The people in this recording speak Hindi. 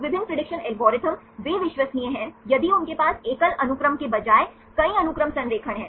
विभिन्न प्रेडिक्शन एल्गोरिदम वे विश्वसनीय हैं यदि उनके पास एकल अनुक्रम के बजाय कई अनुक्रम संरेखण हैं